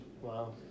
wow